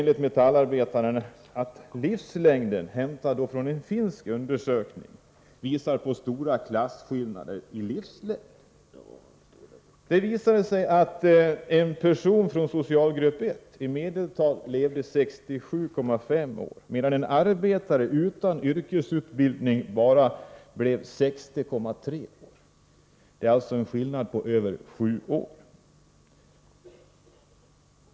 I Metallarbetaren hänvisas till en finsk undersökning, där man kommit fram till att det är stora klasskillnader när det gäller livslängd. En person från socialgrupp 1 lever i medeltal 67,5 år, medan en arbetare utan yrkesutbildning bara blir 60,3 år. Det är alltså en skillnad på över 7 år.